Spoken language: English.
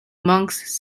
monks